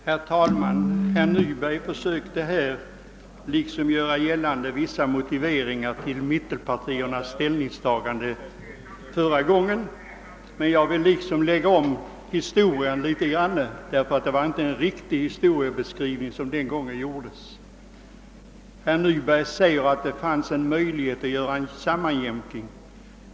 Herr talman! Herr Nyberg försökte genom vissa motiveringar göra gällande det rättmätiga i mittenpartiernas ställningstagande till denna fråga förra gången den var uppe till behandling här. Jag vill dock lägga till rätta den historieskrivningen; den var nog inte alldeles riktig. Herr Nyberg sade att det fanns utsikter till en sammanjämkning.